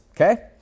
okay